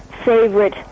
favorite